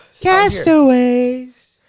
castaways